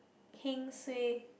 Kingsway